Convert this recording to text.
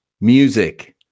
Music